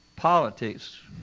Politics